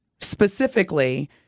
specifically